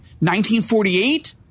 1948